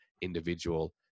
individual